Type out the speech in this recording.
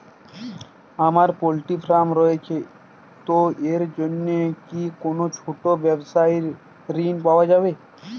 আমার poultry farm রয়েছে তো এর জন্য কি কোনো ছোটো ব্যাবসায়িক ঋণ পাওয়া যাবে?